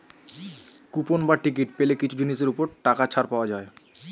coupon বা ticket পেলে কিছু জিনিসের ওপর টাকা ছাড় পাওয়া যায়